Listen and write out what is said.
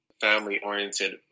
family-oriented